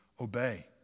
Obey